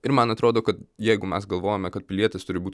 ir man atrodo kad jeigu mes galvojame kad pilietis turi būt